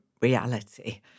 reality